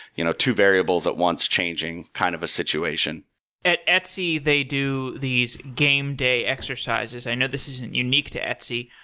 you know two variables at once changing kind of a situation at etsy, they do these gameday exercises. i know this isn't unique to etsy.